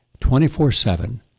24-7